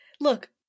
look